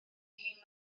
hŷn